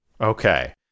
Okay